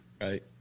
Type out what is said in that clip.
Right